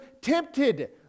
tempted